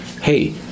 hey